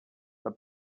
but